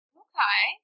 okay